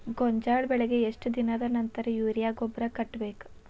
ಗೋಂಜಾಳ ಬೆಳೆಗೆ ಎಷ್ಟ್ ದಿನದ ನಂತರ ಯೂರಿಯಾ ಗೊಬ್ಬರ ಕಟ್ಟಬೇಕ?